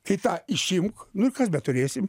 tai tą išimk nu ir kas beturėsim